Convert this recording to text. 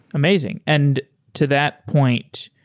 amazing. and to that point,